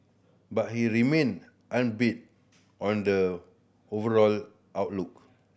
but he remain upbeat on the overall outlook